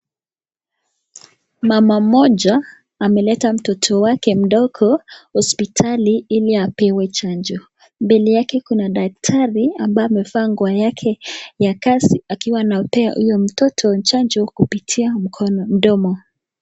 Mama mmoja ameleta mtoto wake mdogo hospitali ili apewe chanjo mbele yake kuna daktari ambaye amevaa nguo yake ya kazi, akiwa anapea huyo mtoto chanjo kupitia mdomo.